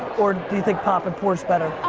or do you think pop and pour's better.